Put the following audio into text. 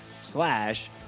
slash